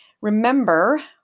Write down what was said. Remember